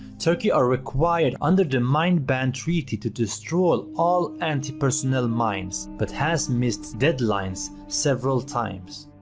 turkey are required, under the mine ban treaty to destroy all anti-personell mines, but has missed deadlines several times,